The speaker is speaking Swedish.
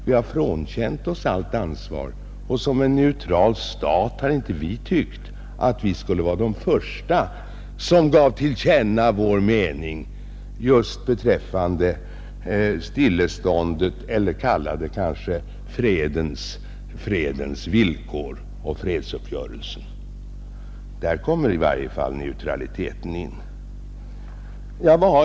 Vi har frånkänt oss allt ansvar, och som 6 maj 1971 företrädare för en neutral stat har vi inte tyckt att vi skulle vara de första som gav till känna vår mening beträffande fredsvillkoren och fredsupp Upprättande av görelsen. Där kommer i varje fall neutraliteten in.